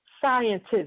scientists